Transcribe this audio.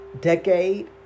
decade